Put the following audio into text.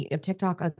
TikTok